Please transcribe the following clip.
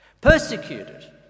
Persecuted